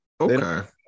Okay